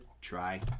try